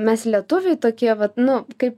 mes lietuviai tokie vat nu kaip